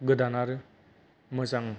गोदान आरो मोजां